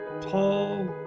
tall